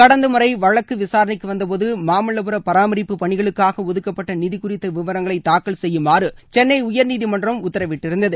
கடந்த முறை வழக்கு விசாரணைக்கு வந்தபோது மாமல்லபுர பராமரிப்புப் பணிகளுக்காக ஒதுக்கப்பட்ட நிதி குறித்த விவரங்களை தாக்கல் செய்யுமாறு சென்னை உயர்நீதிமன்றம் உத்தரவிட்டிருந்தது